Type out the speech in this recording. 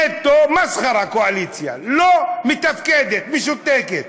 נטו מסחרה, הקואליציה, לא מתפקדת, משותקת.